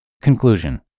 Conclusion